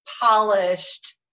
polished